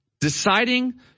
deciding